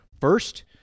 first